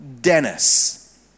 Dennis